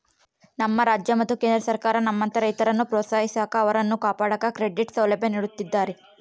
ನಮ್ಮ ರಾಜ್ಯ ಮತ್ತು ಕೇಂದ್ರ ಸರ್ಕಾರ ನಮ್ಮಂತಹ ರೈತರನ್ನು ಪ್ರೋತ್ಸಾಹಿಸಾಕ ಅವರನ್ನು ಕಾಪಾಡಾಕ ಕ್ರೆಡಿಟ್ ಸೌಲಭ್ಯ ನೀಡುತ್ತಿದ್ದಾರೆ